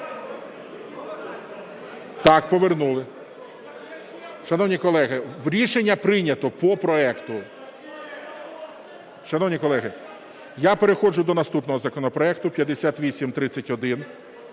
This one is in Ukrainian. так, повернули. Шановні колеги, рішення прийнято по проекту. Шановні колеги, я переходжу до наступного законопроекту 5831,